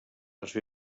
els